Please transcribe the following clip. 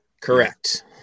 Correct